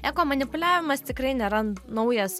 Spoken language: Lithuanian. eko manipuliavimas tikrai nėra naujas